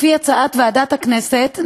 לפי הצעת ועדת הכנסת,